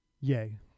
Yay